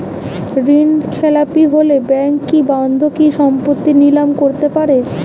ঋণখেলাপি হলে ব্যাঙ্ক কি বন্ধকি সম্পত্তি নিলাম করতে পারে?